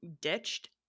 ditched